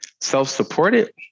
Self-supported